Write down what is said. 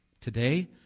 Today